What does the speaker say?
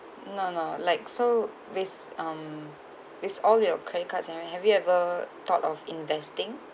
no no like so base um it's all your credit cards and have you ever thought of investing